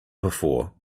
before